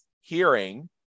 hearing